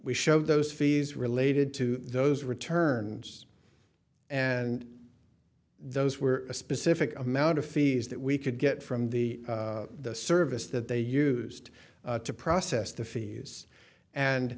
we showed those fees related to those returns and those were a specific amount of fees that we could get from the service that they used to process the fees and